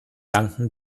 danken